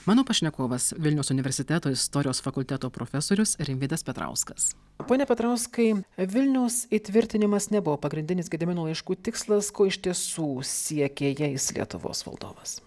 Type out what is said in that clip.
mano pašnekovas vilniaus universiteto istorijos fakulteto profesorius rimvydas petrauskas pone petrauskai vilniaus įtvirtinimas nebuvo pagrindinis gedimino laiškų tikslas ko iš tiesų siekė jais lietuvos valdovas